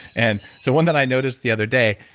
and so one that i noticed the other day,